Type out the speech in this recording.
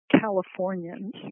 Californians